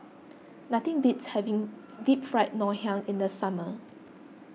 nothing beats having Deep Fried Ngoh Hiang in the summer